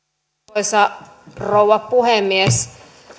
arvoisa rouva puhemies